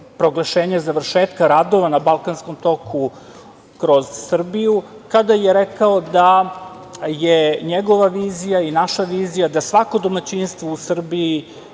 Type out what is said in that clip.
proglašenja završetka radova na Balkanskom toku kroz Srbiju, kada je rekao da je njegova vizija i naša vizija da svako domaćinstvo u Srbiji